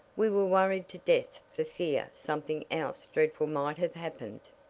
we were worried to death for fear something else dreadful might have happened.